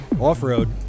off-road